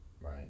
right